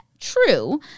True